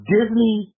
Disney